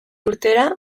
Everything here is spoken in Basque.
urtera